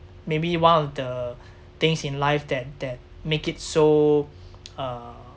maybe one of the things in life that that make it so uh